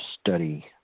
study